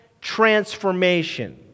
transformation